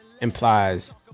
implies